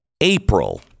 April